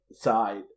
side